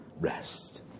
rest